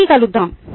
మళ్ళి కలుద్దాం